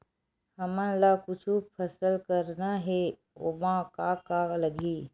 हमन ला कुछु फसल करना हे ओमा का का लगही?